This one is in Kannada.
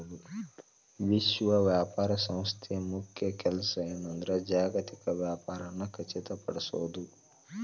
ವಿಶ್ವ ವ್ಯಾಪಾರ ಸಂಸ್ಥೆ ಮುಖ್ಯ ಕೆಲ್ಸ ಏನಂದ್ರ ಜಾಗತಿಕ ವ್ಯಾಪಾರನ ಖಚಿತಪಡಿಸೋದ್